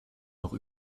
noch